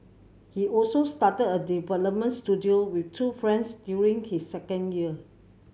he also started a development studio with two friends during his second year